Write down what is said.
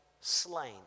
slain